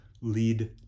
lead